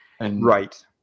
Right